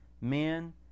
men